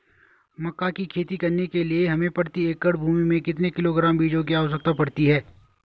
मक्का की खेती करने के लिए हमें प्रति एकड़ भूमि में कितने किलोग्राम बीजों की आवश्यकता पड़ती है?